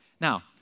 Now